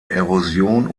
erosion